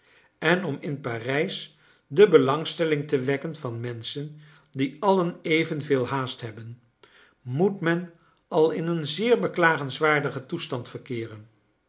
en om in parijs de belangstelling te wekken van menschen die allen evenveel haast hebben moet men al in een zeer beklagenwaardigen toestand verkeeren